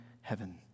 heaven